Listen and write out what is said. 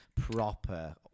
proper